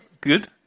good